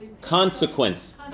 Consequence